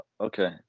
Okay